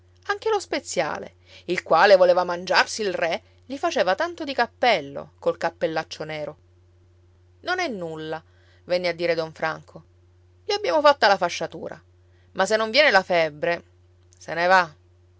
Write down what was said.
anche lo speziale il quale voleva mangiarsi il re gli faceva tanto di cappello col cappellaccio nero non è nulla venne a dire don franco gli abbiamo fatta la fasciatura ma se non viene la febbre se ne va